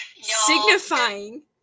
Signifying